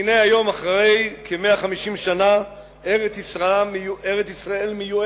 והנה היום, אחרי כ-150 שנה, ארץ-ישראל מיוערת,